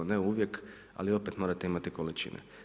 Ne uvijek ali opet morate imati količine.